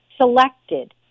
selected